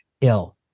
ill